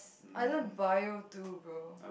I learn bio too bro